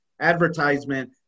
advertisement